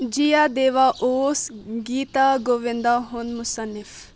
جیٛیادیوا اوس گیٖتا گووندا ہُن مُصَنِف